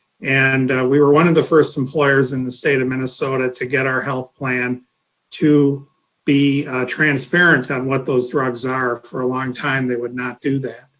and we were one of the first employers in the state of minnesota to get our health plan to be transparent on what those drugs are. for a long time, they would not do that.